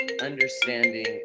Understanding